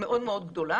מאוד מאוד גדולה,